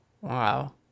wow